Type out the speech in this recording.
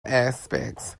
aspects